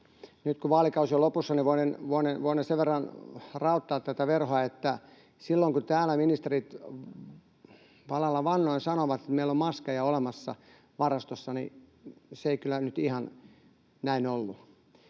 Nyt kun vaalikausi on lopussa, voinen sen verran raottaa tätä verhoa, että silloin kun täällä ministerit valalla vannoen sanoivat, että meillä on maskeja olemassa varastossa, niin se ei kyllä nyt ihan näin ollut.